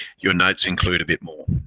your notes include a bit more.